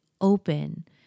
open